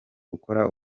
gukora